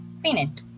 cleaning